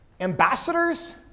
ambassadors